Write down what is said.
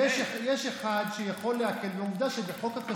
הם כ-40% וזה מה שמעלה בכלל את הממוצע בארץ.